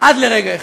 עד לרגע אחד,